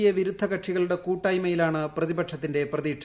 A വിരുദ്ധ കക്ഷികളുടെ കൂട്ടായ്മയിലാണ് പ്രതിപക്ഷത്തിന്റെ പ്രതീക്ഷ